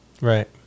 right